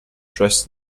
dress